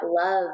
love